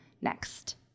next